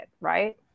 right